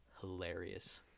Hilarious